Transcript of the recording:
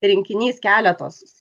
rinkinys keletos